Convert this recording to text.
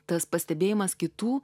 tas pastebėjimas kitų